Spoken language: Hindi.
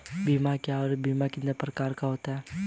बीमा क्या है और बीमा कितने प्रकार का होता है?